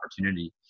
opportunity